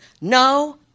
no